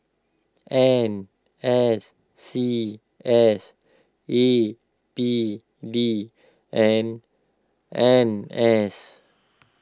N S C S A P D and N S